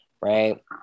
Right